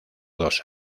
dos